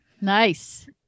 Nice